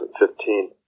2015